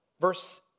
verse